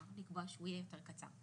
לקבוע שהוא יהיה יותר קצר.